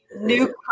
new